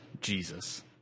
Jesus